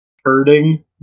herding